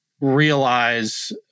realize